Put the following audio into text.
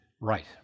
Right